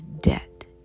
debt